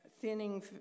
thinning